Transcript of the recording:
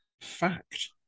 fact